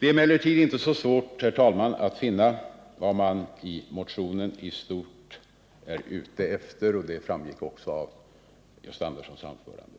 Det är emellertid inte så svårt, herr talman, att finna vad man i motionen i stort är ute efter — och det framgick också av Gösta Anderssons anförande.